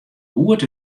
goed